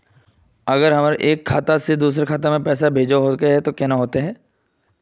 अगर हमरा एक खाता से दोसर खाता में पैसा भेजोहो के है तो केना होते है?